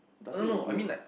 nothing will grow